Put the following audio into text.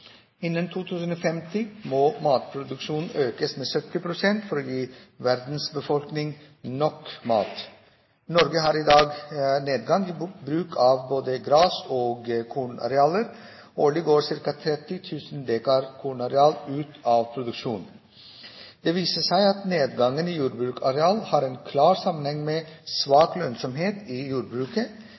Innen 2050 må matproduksjonen økes med 70 pst. for å gi verdens befolkning nok mat, ifølge FN. Norge har i dag nedgang i bruk. Årlig går 30 000 dekar ut. Inntektsnivået muliggjør ikke lenger drift på mange gårder. Det viser seg at nedgangen i jordbruksareal har en klar sammenheng med svak lønnsomhet i jordbruket,